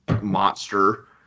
monster